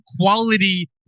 quality